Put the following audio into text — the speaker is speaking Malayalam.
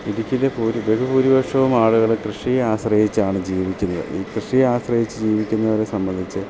ഇടുക്കിയിലെ ഭൂരി ബഹുഭൂരിപക്ഷോം ആളുകൾ കൃഷിയെ ആശ്രയിച്ചാണ് ജീവിക്കുന്നത് ഈ കൃഷിയെ ആശ്രയിച്ച് ജീവിക്കുന്നവരെ സംബന്ധിച്ച്